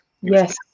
Yes